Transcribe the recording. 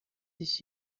dich